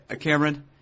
Cameron